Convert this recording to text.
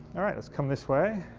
alright let's come this way.